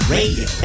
Radio